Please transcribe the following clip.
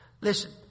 Listen